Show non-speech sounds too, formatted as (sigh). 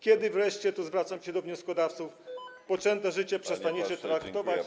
Kiedy wreszcie - tu zawracam się do wnioskodawców (noise) - poczęte życie przestaniecie traktować.